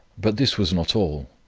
but this was not all.